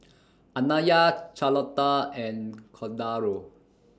Anaya Charlotta and Cordaro